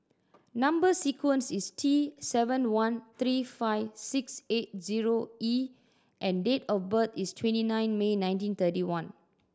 number sequence is T seven one three five six eight zero E and date of birth is twenty nine May nineteen thirty one